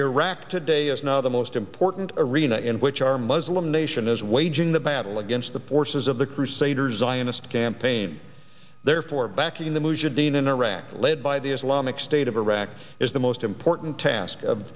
iraq today is now the most important arena in which our muslim nation is waging the battle against the forces of the crusaders zionist campaign there for backing the mujahideen in iraq led by the islamic state of iraq is the most important task of